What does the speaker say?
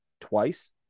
twice